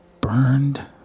Burned